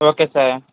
okay sir